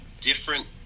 different